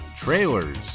trailers